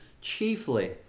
chiefly